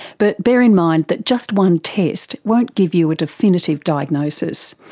but bear in mind that just one test won't give you a definitive diagnosis.